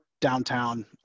downtown